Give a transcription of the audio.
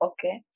Okay